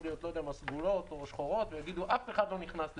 להיות סגולות או שחורות ויגידו: אף אחד לא נכנס לפה,